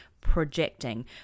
projecting